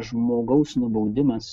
žmogaus nubaudimas